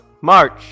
march